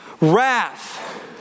Wrath